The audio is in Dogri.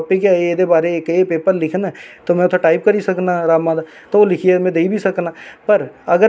कि में हून बाहर दा कम्म करना चाहे जो मर्जी होऐ दुनिया जो मर्जी करे औऱ इक सिक्ख मतलब मिगी मेरे घरे आहले दित्ती ही